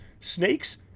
snakes